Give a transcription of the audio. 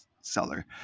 seller